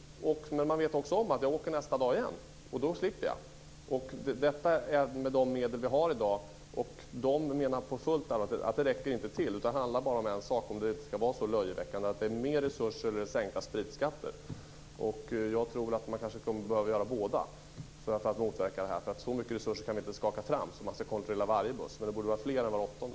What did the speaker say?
Man vet om att man kan åka nästa dag igen och att man slipper då. Så här är det med de medel vi har i dag. Inom tullen menar man på fullt allvar att de inte räcker till, utan det handlar bara om en sak om det inte ska bli så här löjeväckande: Mer resurser eller sänkta spritskatter. Jag tror att man kanske behöver göra båda för att motverka detta. Vi kan nämligen inte skaka fram så mycket resurser att man kan kontrollera varje buss, men det borde vara fler än var åttonde.